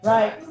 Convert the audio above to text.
Right